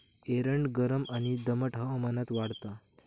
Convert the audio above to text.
एरंड गरम आणि दमट हवामानात वाढता